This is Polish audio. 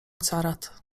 carat